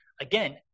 Again